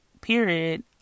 period